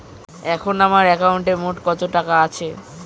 এখন আমার একাউন্টে মোট কত টাকা আছে?